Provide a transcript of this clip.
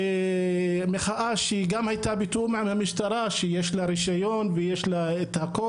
מחאה שהייתה גם בתיאום עם המשטרה עם רישיון והכול.